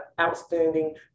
outstanding